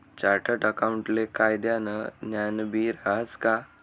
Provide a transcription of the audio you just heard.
chartered अकाऊंटले कायदानं ज्ञानबी रहास का